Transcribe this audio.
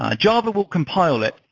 ah java will compile it.